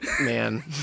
Man